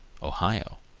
ohio.